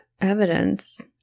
evidence